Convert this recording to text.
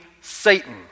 Satan